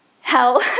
hell